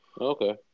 Okay